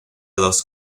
los